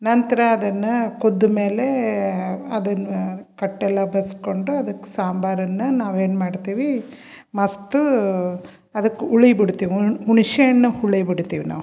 ನಂತರ ಅದನ್ನು ಕುದಿ ಮೇಲೆ ಮಾಡನ್ನು ಕಟ್ಟೆಲ್ಲ ಬಸ್ಕೊಂಡು ಅದಕ್ಕೆ ಸಾಂಬಾರನ್ನು ನಾವು ಏನು ಮಾಡ್ತೀವಿ ಮಸೆದು ಅದಕ್ಕೆ ಹುಳಿ ಬಿಡ್ತೀವಿ ಉಣ್ ಹುಣಿಶೆ ಹಣ್ ಹುಳಿ ಬಿಡ್ತೀವಿ ನಾವು